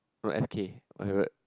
no F K my favourite